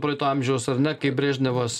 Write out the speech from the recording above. praeito amžiaus ar ne kai brežnevas